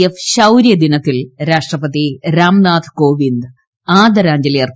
F ശൌര്യ ദിനത്തിൽ രാഷ്ട്രപതി രാംനാഥ് കോവിന്ദ് ആദരാഞ്ജലി അർപ്പിച്ചു